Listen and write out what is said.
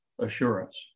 assurance